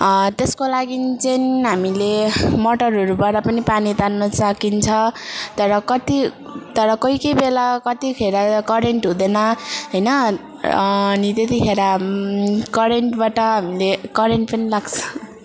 त्यसको लागि चाहिँ हामीले मोटरहरूबाट पनि पानी तान्नु सकिन्छ तर कति तर कोही कोही बेला कतिखेर करेन्ट हुँदैन होइन अनि त्यतिखेर करेन्टबाट हामीले करेन्ट पनि लाग्छ